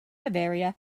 bavaria